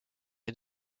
est